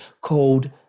called